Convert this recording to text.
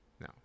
No